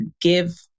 give